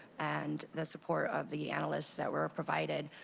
and the support of the analyst that were provided,